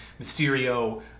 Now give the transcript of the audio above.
Mysterio